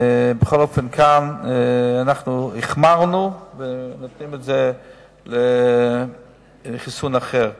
בכל אופן כאן אנחנו החמרנו, ונותנים חיסון אחר.